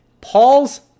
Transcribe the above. Paul's